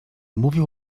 mówił